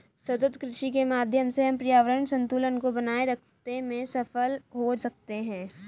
सतत कृषि के माध्यम से हम पर्यावरण संतुलन को बनाए रखते में सफल हो सकते हैं